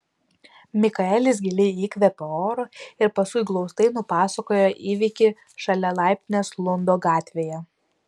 mikaelis giliai įkvėpė oro ir paskui glaustai nupasakojo įvykį šalia laiptinės lundo gatvėje